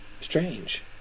strange